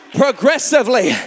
progressively